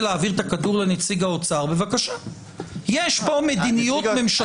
יש פה מדיניות ממשלתית.